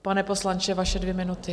Pane poslanče, vaše dvě minuty.